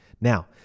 Now